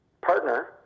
partner